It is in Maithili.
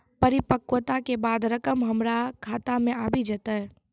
परिपक्वता के बाद रकम हमरा खाता मे आबी जेतै?